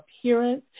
appearance